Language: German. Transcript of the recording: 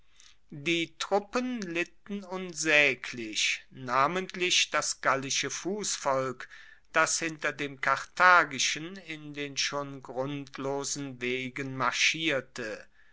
die truppen litten unsaeglich namentlich das gallische fussvolk das hinter dem karthagischen in den schon grundlosen wegen marschierte